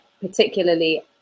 particularly